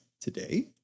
today